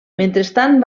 mentrestant